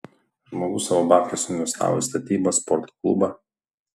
žmogus savo babkes suinvestavo į statybas sporto klubą